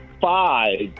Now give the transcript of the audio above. five